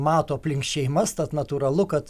mato aplink šeimas tad natūralu kad